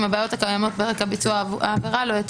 אם הבעיות הקיימות ברקע ביצוע העבירה לא יטופלו",